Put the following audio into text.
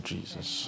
Jesus